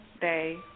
day